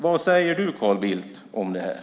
Vad säger du, Carl Bildt, om det här?